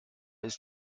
ist